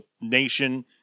nation